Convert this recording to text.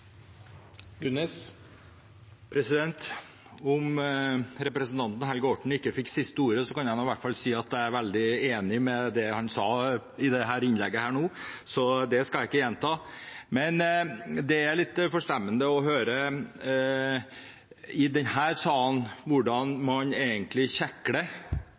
Om representanten Helge Orten ikke fikk det siste ordet, kan jeg i hvert fall si at jeg er veldig enig med han i det han sa i dette innlegget nå, så det skal jeg ikke gjenta. Men det er litt forstemmende å høre hvordan man kjekler i denne salen – hvis det